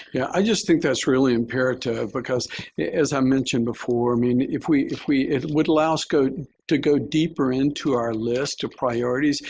yeah. i just think that's really imperative because as i mentioned before, i mean, if we if we it would allow us go to go deeper into our list of priorities,